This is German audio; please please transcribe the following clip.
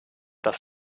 das